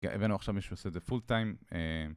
הבאנו עכשיו מישהו שעושה את זה פול טיים